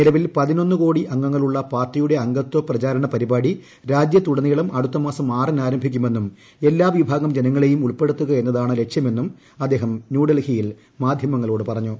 നിലവിൽ പതിനൊന്ന് കോടി അംഗങ്ങളുള്ള പാർട്ടിയുടെ അംഗത്വ പ്രചാരണ പരിപാടി രാജ്യത്തുടനീളം അടുത്ത മാസം ആറിന് ആരംഭിക്കുമെന്നും എല്ലാ വിഭാഗം ജനങ്ങളെയും ഉൾപ്പെടുത്തുക എന്നതാണ് ലക്ഷ്യമെന്നും അദ്ദേഹം ന്യൂഡൽഹിയിൽ മാധ്യമങ്ങളോട് പറഞ്ഞു